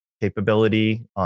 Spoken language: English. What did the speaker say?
capability